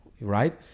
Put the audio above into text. right